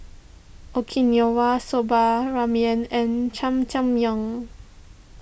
Okinawa Soba Ramen and Jajangmyeon